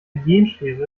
genschere